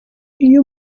iyo